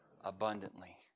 Abundantly